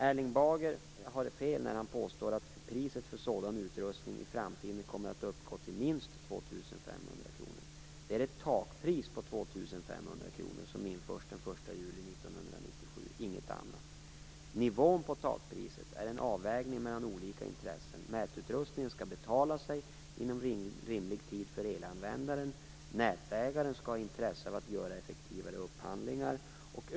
Erling Bager har fel när han påstår att priset för sådan utrustning i framtiden kommer att uppgå till minst 2 500 1997, inget annat. Nivån på takpriset är en avvägning mellan olika intressen. Mätutrustningen skall betala sig inom rimlig tid för elanvändaren. Nätägaren skall ha intresse av att göra effektivare upphandlingar.